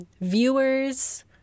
viewers